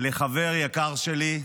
לחבר יקר שלי,